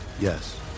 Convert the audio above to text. Yes